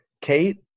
Kate